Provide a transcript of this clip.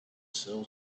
sell